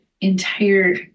entire